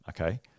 okay